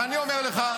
ואני אומר לך,